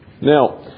Now